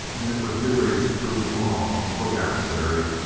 and if her theory is proved wrong look out, terry!